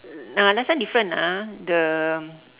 uh last time different lah the